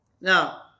Now